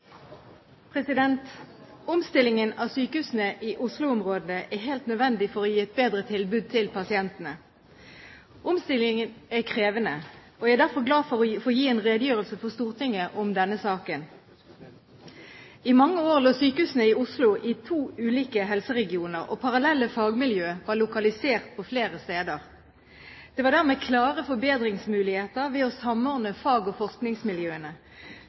sete. Omstillingen av sykehusene i Oslo-området er helt nødvendig for å gi et bedre tilbud til pasientene. Omstillingen er krevende, og jeg er derfor glad for å få gi en redegjørelse for Stortinget om denne saken. I mange år lå sykehusene i Oslo i to ulike helseregioner, og parallelle fagmiljøer var lokalisert på flere steder. Det var dermed klare forbedringsmuligheter ved å samordne fag- og forskningsmiljøene.